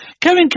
Kevin